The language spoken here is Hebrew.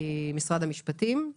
משרד המשפטים,